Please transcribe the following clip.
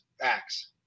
acts